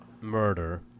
murder